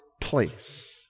place